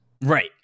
Right